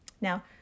Now